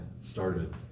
started